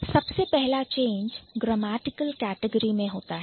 सबसे पहला change change याने बदलाव Grammatical Category ग्रामेटिकल कैटेगरी मैं होता है